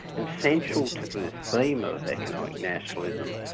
and essential to this theme of economic nationalism,